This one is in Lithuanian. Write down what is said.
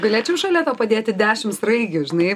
galėčiau šalia tau padėti dešim sraigių žinai